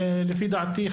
לפי דעתי,